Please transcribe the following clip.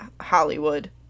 Hollywood